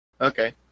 Okay